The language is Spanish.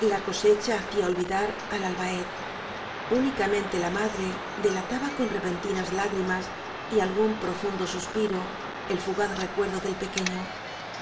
la cosecha hacía olvi dar al albaet unicamente la madre delataba con re pentinas lágrimas y algún profundo suspire el fugaz recuerdo del pequeño